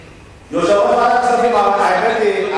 גפני,